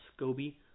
SCOBY